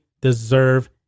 deserve